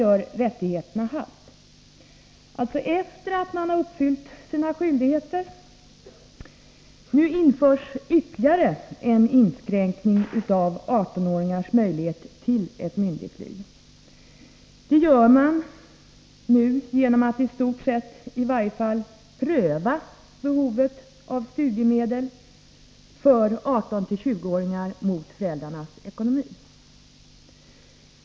Där — alltså efter det att man fullgjort sina skyldigheter — gör dock rättigheterna halt. Nu införs ytterligare en inskränkning av 18-åringars möjligheter till ett myndigt liv. Man skall — åtminstone i vissa fall — pröva behovet av studiemedel för 18-20-åringar mot föräldrarnas ekonomi.